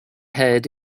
head